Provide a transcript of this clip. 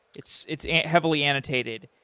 it's it's heavily annotated.